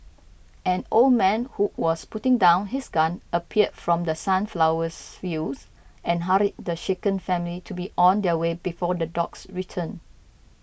an old man who was putting down his gun appeared from The Sunflowers fields and hurried the shaken family to be on their way before the dogs return